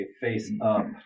face-up